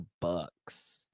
Bucks